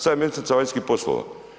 Sad je ministrica vanjskih poslova.